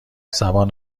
زبان